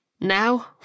Now